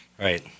Right